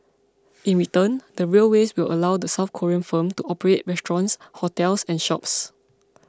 in return the railways will allow the South Korean firm to operate restaurants hotels and shops